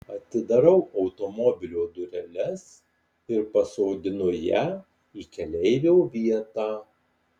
atidarau automobilio dureles ir pasodinu ją į keleivio vietą